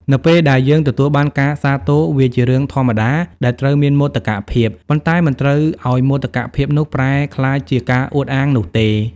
នៅពេលដែលយើងទទួលបានការសាទរ វាជារឿងធម្មតាដែលត្រូវមានមោទកភាព ប៉ុន្តែមិនត្រូវឱ្យមោទកភាពនោះប្រែក្លាយជាការអួតអាងនោះទេ។